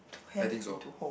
I think so